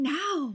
now